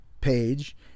page